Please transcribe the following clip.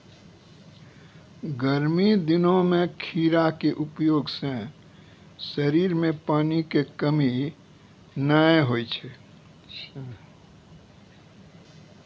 गर्मी दिनों मॅ खीरा के उपयोग सॅ शरीर मॅ पानी के कमी नाय होय छै